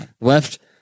left